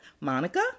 monica